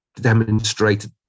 demonstrated